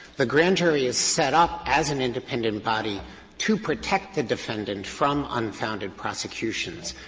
the grand jury is set up as an independent body to protect the defendant from unfounded prosecutions.